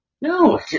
No